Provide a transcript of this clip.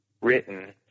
written